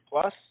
Plus